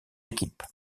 équipe